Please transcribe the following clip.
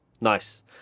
nice